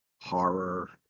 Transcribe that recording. horror